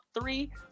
three